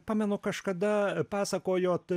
pamenu kažkada pasakojot